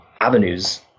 avenues